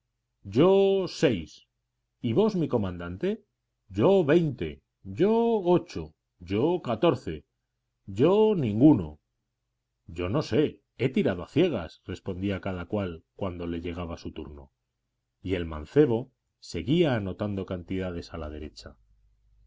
yo seis y vos mi comandante yo veinte yo ocho yo catorce yo ninguno yo no sé he tirado a ciegas respondía cada cual según le llegaba su turno y el mancebo seguía anotando cantidades a la derecha